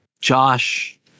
Josh